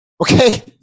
okay